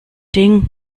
ding